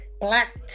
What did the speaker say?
Black